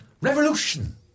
Revolution